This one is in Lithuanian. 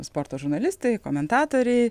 sporto žurnalistai komentatoriai